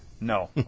No